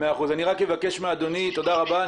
תודה רבה.